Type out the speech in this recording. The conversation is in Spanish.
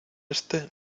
éste